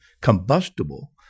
combustible